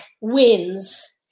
wins